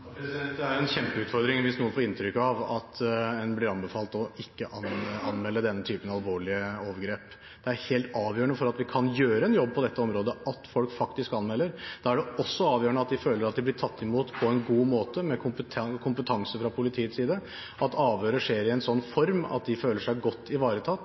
kjempeutfordring hvis noen får inntrykk av at en blir anbefalt å ikke anmelde denne typen alvorlige overgrep. Det er helt avgjørende for at vi kan gjøre en jobb på dette området at folk faktisk anmelder. Da er det også avgjørende at de føler at de blir tatt imot på en god måte, med kompetanse fra politiets side, at avhøret skjer i en sånn form at de føler seg godt ivaretatt.